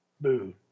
Boo